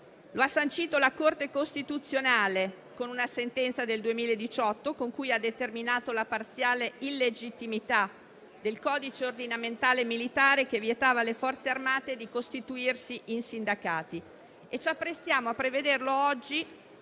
Lo ha sancito la Corte costituzionale con una sentenza del 2018, con cui ha determinato la parziale illegittimità del codice ordinamentale militare che vietava alle Forze armate di costituirsi in sindacati e ci apprestiamo a prevederlo oggi